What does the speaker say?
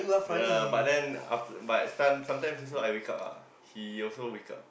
ya but then after but some sometimes I also wake up ah he also wake up